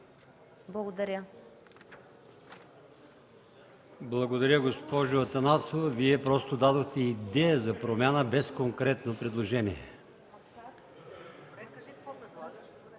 ИМАМОВ: Благодаря, госпожо Атанасова. Вие просто дадохте идея за промяна без конкретно предложение.